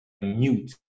mute